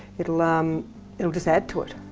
it'll um it'll just add to it.